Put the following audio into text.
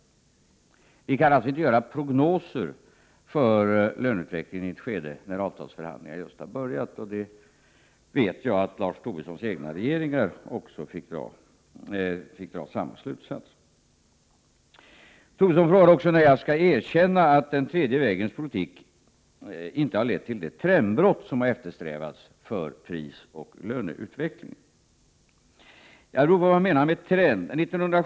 Vi kan alltid göra prognoser för löneutvecklingen i ett skede när avtalsförhandlingarna just har börjat. Jag vet att Lars Tobissons egna regeringar fick dra samma slutsats. Tobisson frågade också när jag skall erkänna att den tredje vägens politik inte lett till det trendbrott för prisoch löneutvecklingen som eftersträvas. Det beror på vad man menar med trend.